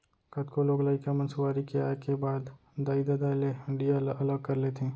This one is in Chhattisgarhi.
कतको लोग लइका मन सुआरी के आए के बाद दाई ददा ले हँड़िया ल अलग कर लेथें